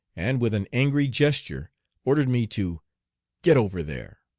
and with an angry gesture ordered me to get over there.